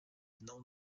known